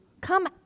come